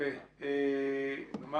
אני